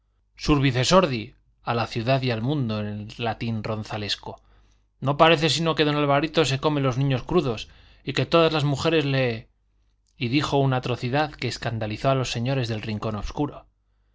y al mundo en el latín ronzalesco no parece sino que don alvarito se come los niños crudos y que todas las mujeres se le y dijo una atrocidad que escandalizó a los señores del rincón obscuro